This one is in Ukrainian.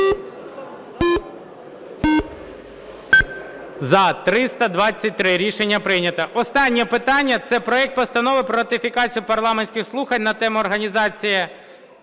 За-323 Рішення прийнято. Останнє питання – це проект Постанови про Рекомендації парламентських слухань на тему: "Організація